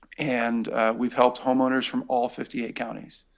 and we've helped homeowners from all fifty eight counties.